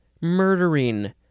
murdering